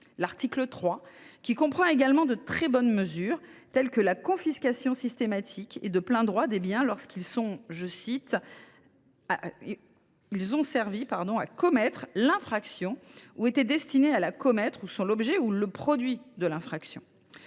L’article 3 comprend également de très bonnes mesures, telles que la confiscation systématique et de plein droit des biens lorsqu’ils « ont servi à commettre l’infraction, lorsqu’ils étaient destinés à la commettre ou lorsqu’ils sont l’objet ou le produit direct ou